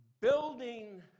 building